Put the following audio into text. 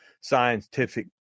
scientific